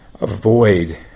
avoid